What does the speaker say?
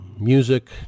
music